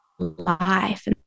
Life